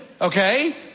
Okay